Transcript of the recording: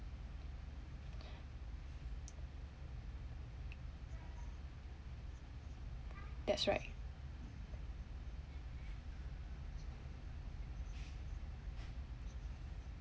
that's right